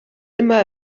immer